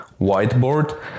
whiteboard